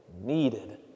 needed